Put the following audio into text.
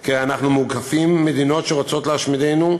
כי הרי אנחנו מוקפים מדינות שרוצות להשמידנו,